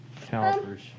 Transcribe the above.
calipers